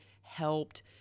helped